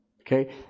Okay